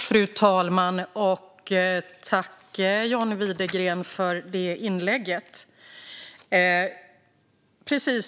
Fru talman! Tack, John Widegren, för inlägget!